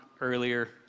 earlier